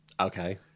Okay